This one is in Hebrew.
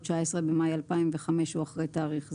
הוא 19 במאי 2005 או אחרי תאריך זה.